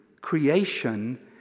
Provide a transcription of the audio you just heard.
creation